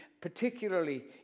particularly